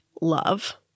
love